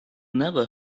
never